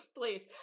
please